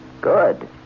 Good